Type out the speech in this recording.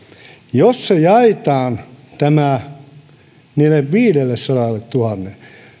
jos tämä jaetaan niille viidellesadalletuhannelle